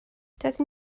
doeddwn